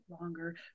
longer